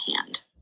hand